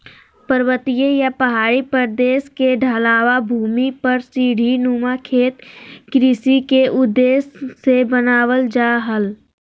पर्वतीय या पहाड़ी प्रदेश के ढलवां भूमि पर सीढ़ी नुमा खेत कृषि के उद्देश्य से बनावल जा हल